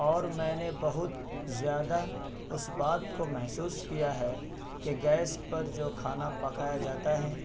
اور میں نے بہت زیادہ اس بات کو محسوس کیا ہے کہ گیس پر جو کھانا پکایا جاتا ہے